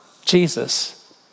Jesus